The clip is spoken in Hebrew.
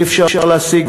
אי-אפשר להשיג,